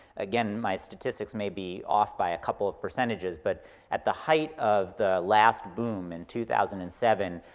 again, my statistics may be off by a couple of percentages, but at the height of the last boom in two thousand and seven,